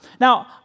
Now